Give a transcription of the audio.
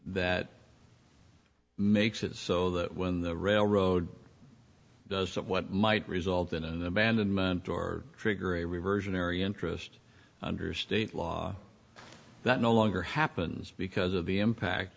that makes it so that when the railroad does what might result in an abandonment or trigger a reversionary interest under state law that no longer happens because of the impact